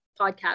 podcast